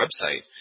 website